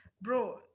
Bro